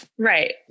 Right